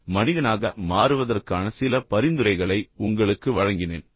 எனவே மனிதனாக மாறுவதற்கான சில பரிந்துரைகளை உங்களுக்கு வழங்குவதன் மூலம் நான் முடிவுக்கு வந்தேன்